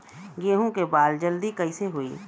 गेहूँ के बाल जल्दी कईसे होई?